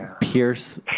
Pierce